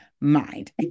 mind